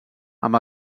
amb